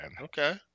Okay